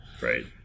right